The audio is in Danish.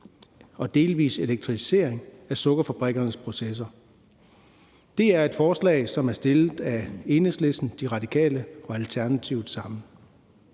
og delvis elektrificering af sukkerfabrikkernes processer.« Det er et forslag, som Enhedslisten, De Radikale og Alternativet har